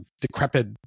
decrepit